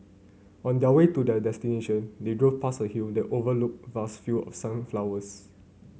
on their way to their destination they drove past a hill that overlooked vast field of sunflowers